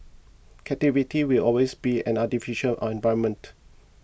captivity will always be an artificial environment